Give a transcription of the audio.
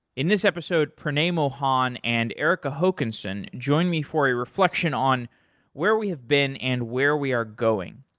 in this episode, pranay mohan and erika hokanson join me for a reflection on where we have been and where we are going.